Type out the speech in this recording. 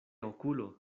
okulo